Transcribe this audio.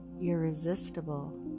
irresistible